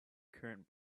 current